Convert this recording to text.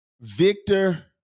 Victor